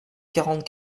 quarante